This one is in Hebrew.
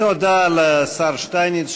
תודה לשר שטייניץ,